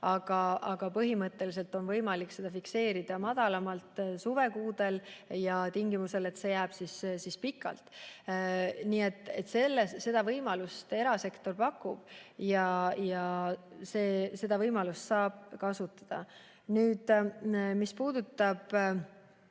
Aga põhimõtteliselt on võimalik seda fikseerida madalamalt suvekuudel ja tingimusel, et see jääb siis pikalt. Nii et seda võimalust erasektor pakub ja seda võimalust saab kasutada. Mis puudutab